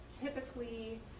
typically